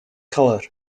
colour